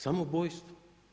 Samoubojstvo.